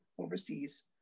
overseas